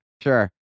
sure